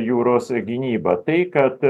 jūros gynyba tai kad